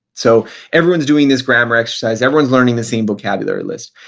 so everyone's doing this grammar exercise. everyone's learning the same vocabulary list.